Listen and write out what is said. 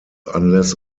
unless